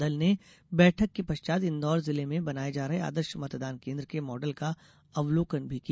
दल ने बैठक के पश्चात इंदौर जिले में बनाये जा रहे आदर्श मतदान केन्द्र के मॉडल का अवलोकन भी किया